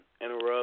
interrupt